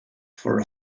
for